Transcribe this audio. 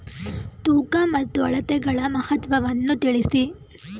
ತೂಕ ಮತ್ತು ಅಳತೆಗಳ ಮಹತ್ವವನ್ನು ತಿಳಿಸಿ?